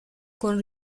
con